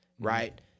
right